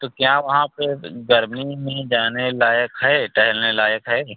तो क्या वहाँ पर गर्मी में जाने लायक है टहलने लायक है